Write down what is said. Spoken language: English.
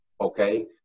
Okay